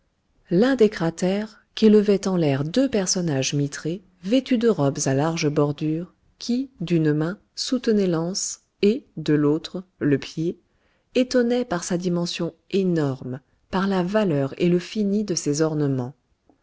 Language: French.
l'un des cratères qu'élevaient en l'air deux personnages mitrés vêtus de robes à larges bordures qui d'une main soutenaient l'anse et de l'autre le pied étonnait par sa dimension énorme par la valeur et le fini de ses ornements